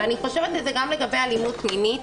אני חושבת על זה גם לגבי אלימות מינית,